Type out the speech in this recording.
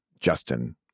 Justin